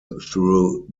through